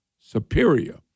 Superior